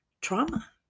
trauma